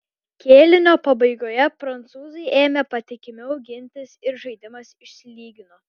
kėlinio pabaigoje prancūzai ėmė patikimiau gintis ir žaidimas išsilygino